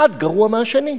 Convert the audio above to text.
אחד גרוע מהשני.